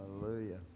hallelujah